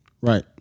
right